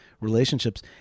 relationships